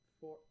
Four